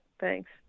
Thanks